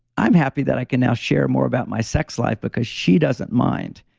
i'm happy that i can now share more about my sex life because she doesn't mind.